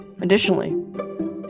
Additionally